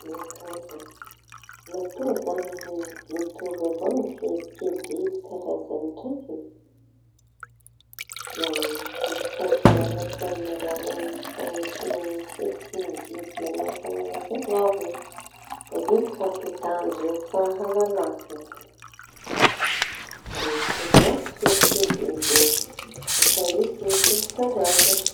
Eka, aza mitovy zany mitovy avao ny fihetsiky ny biby karazany raiky. Da mifampianatsy amin'ny alalany fanente ny fihetsiky biby manahaky an'azy avao. Da iñy ifampitahan-dreo fahalàlaña da mitovy aby fihetsiky biby iñy no fa izy mitovy karazaña.